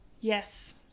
Yes